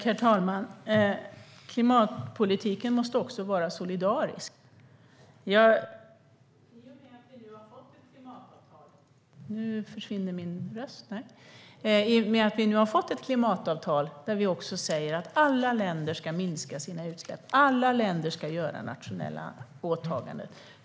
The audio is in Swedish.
Herr talman! Klimatpolitiken måste vara solidarisk. Vi har nu fått ett klimatavtal där vi säger att alla länder ska minska sina utsläpp och göra nationella åtaganden.